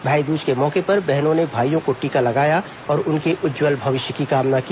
भाईदूज के मौके पर बहनों ने भाईयों को टीका लगाया और उनके उज्जवल भविष्य की कामना की